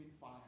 fire